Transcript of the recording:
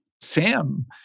Sam